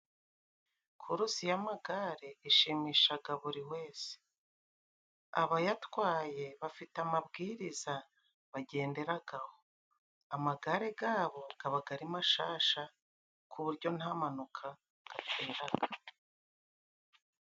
Kurusi y'amagare ishimishaga buri wese. Abayatwaye bafite amabwiriza bagenderaga ho. Amagare gabo, gabaga ari gashasha, ku buryo nta mpanuka gateraga.